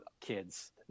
kids